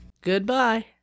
Goodbye